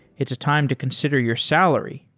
it's a time to consider your salary.